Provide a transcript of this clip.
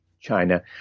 China